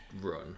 run